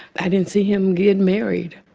i didn't see him get married.